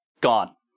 gone